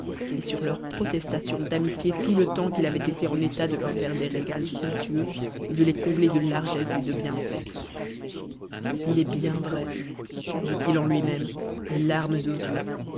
et sur leurs protestahocs d'amitié tout le temps qu'il avait été en état de leur faire des régats somptueux et de les combler de largesses et de bienfaits a ii est bien vrai dit-il en lui-même les larmes aux yeux